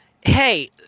Hey